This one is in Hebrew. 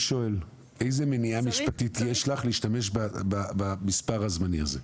איזו מניעה משפטית יש לך להשתמש במספר הזמני הזה?